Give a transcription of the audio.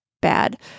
bad